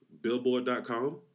billboard.com